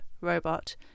robot